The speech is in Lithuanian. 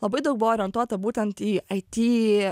labai daug buvo orientuota būtent į it